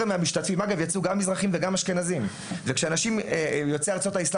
אליהם יצאו גם מזרחים וגם אשכנזים כשאנשים יוצאי ארצות האסלאם